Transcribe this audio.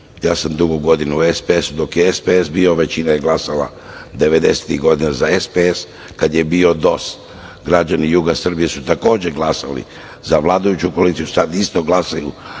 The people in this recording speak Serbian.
ja sam dugo godina u SPS-u, dok je SPS bio, većina je glasala 90-ih godina za SPS, kada je bio DOS, građani juga Srbije su takođe glasali za vladajuću koaliciju, sada isto glasaju